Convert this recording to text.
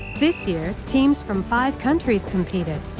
this year, teams from five countries competed.